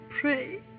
pray